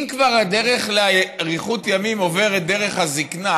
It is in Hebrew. אם כבר הדרך לאריכות ימים עוברת דרך הזקנה,